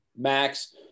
Max